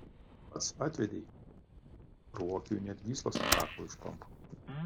pats atvedei ruokiui net gyslos ant kaklo išpampo